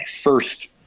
first